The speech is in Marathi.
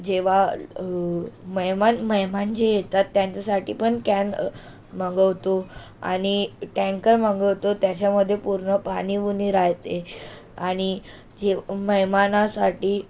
जेव्हा महेमान महेमान जे येतात त्यांच्यासाठी पण कॅन मागवतो आणि टँकर मागवतो त्याच्यामध्ये पूर्ण पाणी वूणी राहते आणि जेव महेमानासाठी